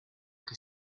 que